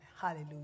Hallelujah